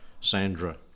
Sandra